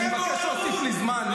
אני מבקש להוסיף לי זמן.